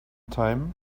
time